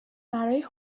برای